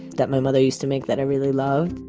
that my mother used to make, that i really loved